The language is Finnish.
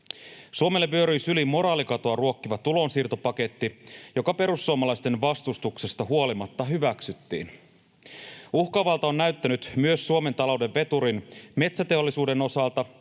Suomelle vyöryi syliin moraalikatoa ruokkiva tulonsiirtopaketti, joka perussuomalaisten vastustuksesta huolimatta hyväksyttiin. Uhkaavalta on näyttänyt myös Suomen talouden veturin, metsäteollisuuden, osalta,